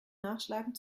nachschlagen